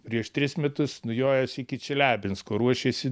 prieš tris metus nujojęs iki čeliabinsko ruošėsi